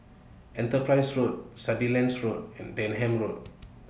Enterprise Road Sandilands Road and Denham Road